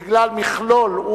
בגלל המכלול,